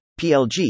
PLG